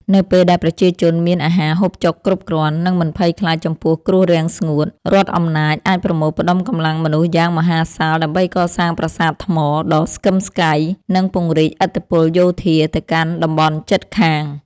នៅពេលដែលប្រជាជនមានអាហារហូបចុកគ្រប់គ្រាន់ និងមិនភ័យខ្លាចចំពោះគ្រោះរាំងស្ងួត រដ្ឋអំណាចអាចប្រមូលផ្តុំកម្លាំងមនុស្សយ៉ាងមហាសាលដើម្បីកសាងប្រាសាទថ្មដ៏ស្កឹមស្កៃ និងពង្រីកឥទ្ធិពលយោធាទៅកាន់តំបន់ជិតខាង។